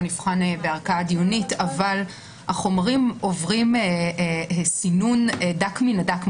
נבחן בערכאה דיונית אבל החומרים עוברים סינון דק מן הדק.